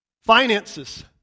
Finances